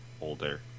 older